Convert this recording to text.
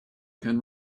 can